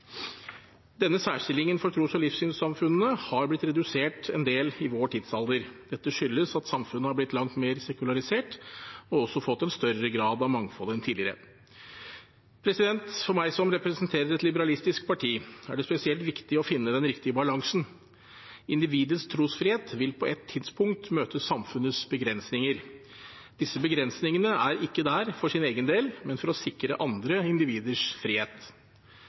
Denne særstillingen for tros- og livsstilsamfunnene har blitt redusert en del i vår tidsalder. Dette skyldes at samfunnet har blitt langt mer sekularisert og også fått en større grad av mangfold enn tidligere. For meg som representerer et liberalistisk parti, er det spesielt viktig å finne den riktige balansen. Individets trosfrihet vil på et tidspunkt møte samfunnets begrensinger. Disse begrensningene er ikke der for sin egen del, men for å sikre andre individers frihet.